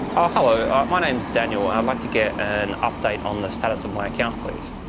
ah hello. my name's daniel. i'd like to get an update on the status of my account, please.